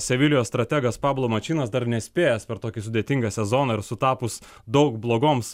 sevilijos strategas pablo mačinas dar nespėjęs per tokį sudėtingą sezoną ir sutapus daug blogoms